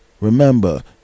remember